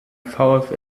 vfl